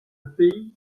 pays